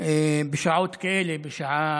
בשעות כאלה, 05:00,